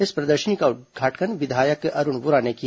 इस प्रदर्शनी का उद्घाटन विधायक अरूण वोरा ने किया